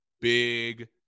big